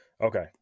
Okay